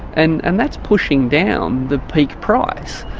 and and that's pushing down the peak price.